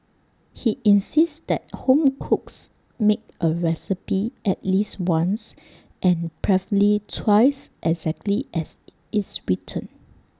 he insists that home cooks make A recipe at least once and preferably twice exactly as IT is written